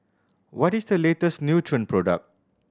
what is the latest Nutren product